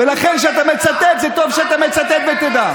אתה לא תדבר על הנשיא כך.